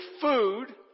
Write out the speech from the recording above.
food